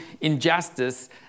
injustice